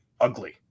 ugly